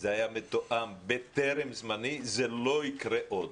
זה היה מתואם טרם זמני, זה לא יקרה עוד.